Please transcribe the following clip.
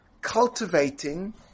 cultivating